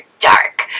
dark